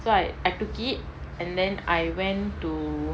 so I I took it and then I went to